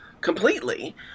completely